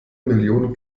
millionen